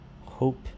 Hope